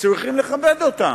צריכים לכבד אותם.